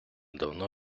давно